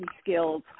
skills